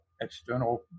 external